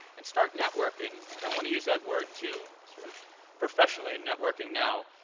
and start networking. i don't want to use that word too sort of professionally networking now.